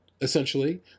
essentially